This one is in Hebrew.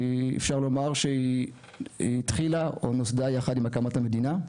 אפשר לומר שהיא התחילה או נוסדה יחד עם הקמת המדינה.